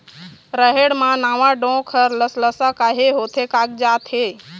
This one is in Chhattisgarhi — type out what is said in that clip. रहेड़ म नावा डोंक हर लसलसा काहे होथे कागजात हे?